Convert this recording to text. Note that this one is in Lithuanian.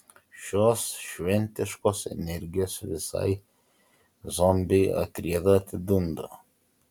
šios šventiškos energijos visai zombiai atrieda atidunda